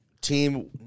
Team